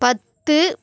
பத்து